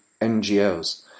NGOs